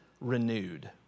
Renewed